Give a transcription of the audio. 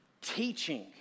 teaching